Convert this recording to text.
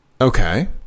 okay